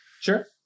Sure